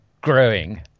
growing